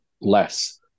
less